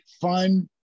fun